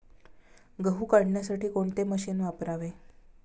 गहू काढण्यासाठी कोणते मशीन वापरावे?